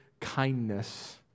kindness